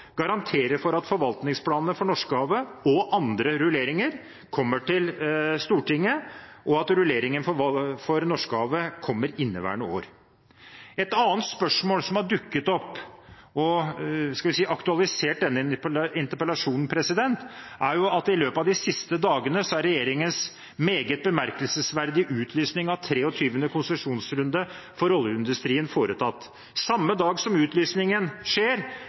garanterer for at forvaltningsplanen for Norskehavet – og andre rulleringer – kommer til Stortinget, og at rullering for Norskehavet kommer i inneværende år. Et annet spørsmål som har dukket opp og – skal vi si – aktualisert denne interpellasjonen, er jo at i løpet av de siste dagene er regjeringens meget bemerkelsesverdige utlysning av 23. konsesjonsrunde for oljeindustrien foretatt. Samme dag som utlysningen skjer,